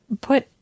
put